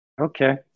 Okay